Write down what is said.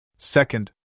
Second